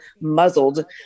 muzzled